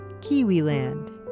Kiwiland